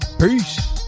Peace